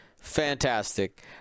Fantastic